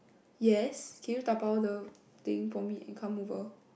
yes can you dabao the thing for me and come over